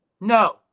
No